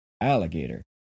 alligator